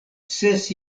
ses